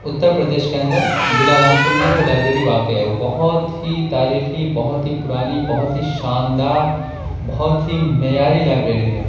اتّر پردیش کے اندر ضلع رامپور میں وہ لائبریری واقع ہے وہ بہت ہی تاریخی بہت ہی پرانی بہت ہی شاندار بہت ہی معیاری لائبریری ہے